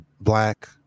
black